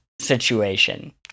situation